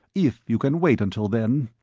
if you can wait until then.